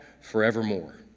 forevermore